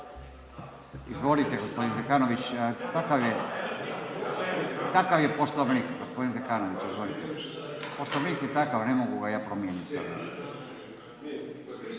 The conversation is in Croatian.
Izvolite gospodin Zekanović, takav je Poslovnik, gospodin Zekanović izvolite, Poslovnik je takav ne mogu ga ja promijeniti.